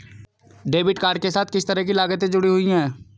Debit card के साथ किस तरह की लागतें जुड़ी हुई हैं?